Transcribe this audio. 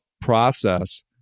process